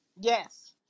Yes